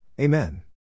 Amen